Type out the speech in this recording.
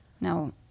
Now